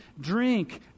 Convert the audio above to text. drink